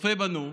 צופה בנו.